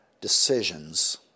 decisions